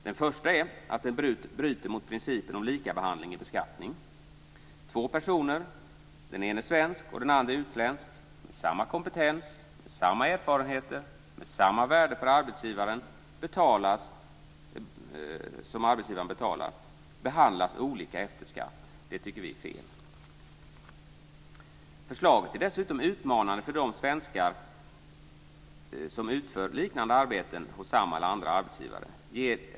Den första är att den bryter mot principen om likabehandling i beskattning. Två personer, den ene svensk och den andre utländsk, med samma kompetens, samma erfarenheter och samma värde för arbetsgivaren behandlas olika efter skatt. Det tycker vi är fel. Förslaget är dessutom utmanande för de svenskar som utför liknande arbeten hos samma eller andra arbetsgivare.